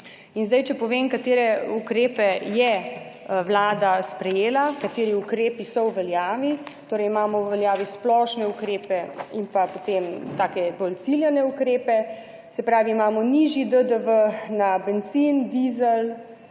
In zdaj, če povem katere ukrepe je Vlada sprejela, kateri ukrepi so v veljavi. Torej imamo v veljavi splošne ukrepe in pa potem take bolj ciljane ukrepe, se pravi, imamo nižji DDV na bencin, dizel,